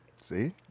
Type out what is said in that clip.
See